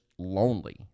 lonely